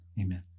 Amen